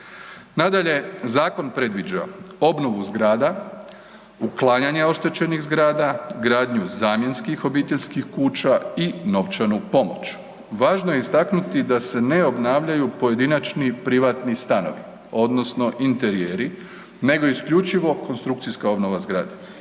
Nadalje, zakon predviđa obnovu zgrada, uklanjanja oštećenih zgrada, gradnju zamjenskih obiteljskih kuća i novčanu pomoć. Važno je istaknuti da se ne obnavljaju pojedinačni privatni stanovi, odnosno interijeri, nego isključivo konstrukcijska obnova zgrada.